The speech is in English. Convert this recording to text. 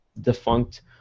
defunct